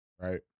Right